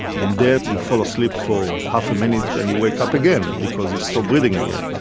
and then you fall asleep for half a minute and you wake up again because you stop breathing again.